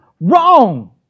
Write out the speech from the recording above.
Wrong